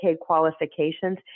qualifications